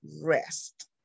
rest